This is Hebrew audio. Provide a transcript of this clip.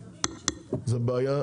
זו בעיה.